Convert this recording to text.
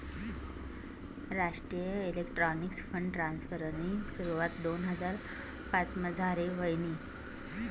राष्ट्रीय electronics fund ट्रान्स्फरनी सुरवात दोन हजार पाचमझार व्हयनी